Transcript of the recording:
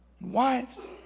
Wives